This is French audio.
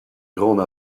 grande